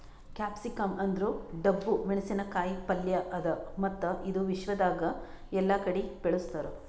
capsicum ಅಂದುರ್ ಡಬ್ಬು ಮೆಣಸಿನ ಕಾಯಿ ಪಲ್ಯ ಅದಾ ಮತ್ತ ಇದು ವಿಶ್ವದಾಗ್ ಎಲ್ಲಾ ಕಡಿ ಬೆಳುಸ್ತಾರ್